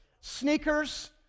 sneakers